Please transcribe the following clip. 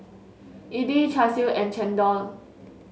idly Char Siu and chendol